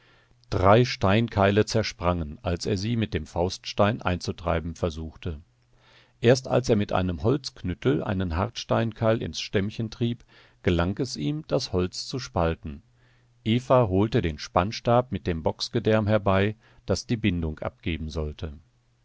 drei steinkeile zersprangen als er sie mit dem fauststein einzutreiben versuchte erst als er mit einem holzknüttel einen hartsteinkeil ins stämmchen trieb gelang es ihm das holz zu spalten eva holte den spannstab mit dem bocksgedärm herbei das die bindung abgeben sollte